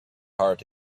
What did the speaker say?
heart